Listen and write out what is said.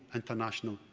international,